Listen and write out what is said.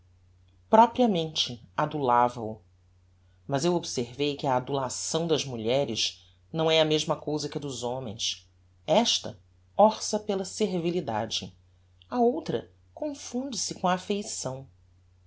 propriamente adulava o mas eu observei que a adulação das mulheres não é a mesma cousa que a dos homens esta orça pela servilidade a outra confunde se com a affeição